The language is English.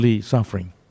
suffering